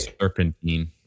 Serpentine